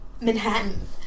Manhattan